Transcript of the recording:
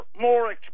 more